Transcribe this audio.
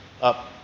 up